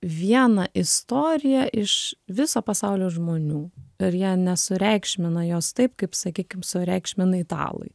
vieną istoriją iš viso pasaulio žmonių ir jie nesureikšmina jos taip kaip sakykim sureikšmina italai